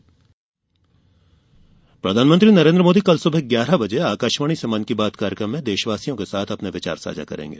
मन की बात प्रधानमंत्री नरेन्द्र मोदी कल सुबह ग्यारह बजे आकाशवाणी से मन की बात कार्यक्रम में देशवासियों के साथ अपने विचार साझा करेंगे